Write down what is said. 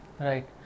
right